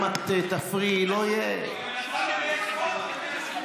אם את תפריעי, לא יהיה, היא מנסה לגייס רוב.